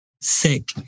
sick